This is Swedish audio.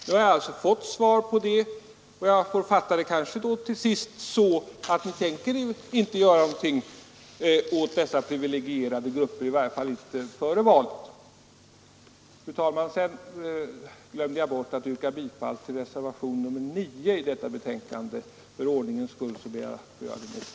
Nu har jag alltså fått svar på det, och jag får kanske till sist fatta det så att ni inte tänker göra någonting åt dessa privilegierade grupper, i varje fall inte före valet. Fru talman! jag glömde bort att yrka bifall till reservationen 9 i detta betänkande, och för ordningens skull ber jag att få göra det nu.